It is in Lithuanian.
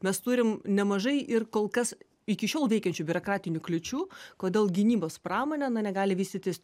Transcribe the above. mes turim nemažai ir kol kas iki šiol veikiančių biurokratinių kliūčių kodėl gynybos pramonė na negali vystytis